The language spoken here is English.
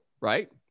right